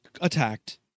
attacked